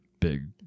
big